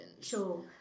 Sure